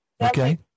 Okay